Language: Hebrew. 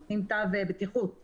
נותנים תו בטיחות,